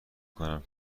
کنم